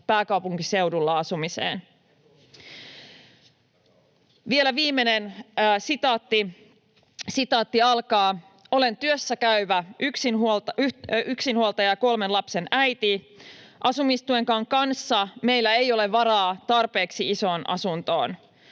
Etuovi.comiin vaan!] Vielä viimeinen sitaatti: ”Olen työssä käyvä yksinhuoltaja ja kolmen lapsen äiti. Asumistuenkaan kanssa meillä ei ole varaa tarpeeksi isoon asuntoon.